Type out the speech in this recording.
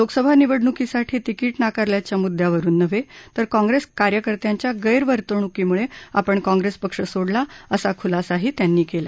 लोकसभा निवडणुकीसाठी तिकीट नाकारल्याच्या मुद्यावरुन नव्हे तर काँप्रेस कार्यक्रर्त्यांच्या गर्वितणुकीमुळे आपण काँप्रेस पक्ष सोडला असा खुलासाही त्यांनी केला